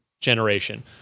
generation